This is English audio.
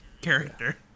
character